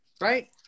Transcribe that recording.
right